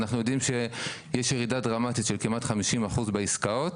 אנחנו יודעים שיש ירידה דרמטית של כמעט 50% בעסקאות,